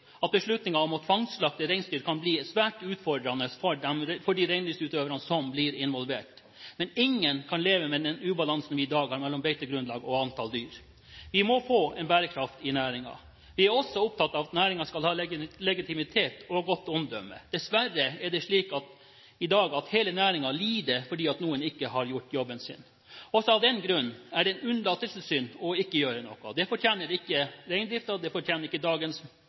at beslutningen om å tvangsslakte reinsdyr kan blir svært utfordrende for de reindriftsutøvere som blir involvert, men ingen kan leve med den ubalansen vi i dag har mellom beitegrunnlag og antall dyr. Vi må få en bærekraft i næringen. Vi er også opptatt av at næringen skal ha legitimitet og godt omdømme. Dessverre er det slik i dag at hele næringen lider fordi noen ikke har gjort jobben sin. Også av den grunn er det en unnlatelsessynd ikke å gjøre noe. Det fortjener ikke reindriften, det fortjener ikke dagens og morgendagens reindriftsutøvere, og det fortjener ikke